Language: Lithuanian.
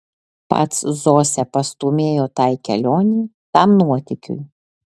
pats zosę pastūmėjo tai kelionei tam nuotykiui